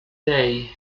day